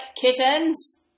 kittens